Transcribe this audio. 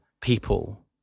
people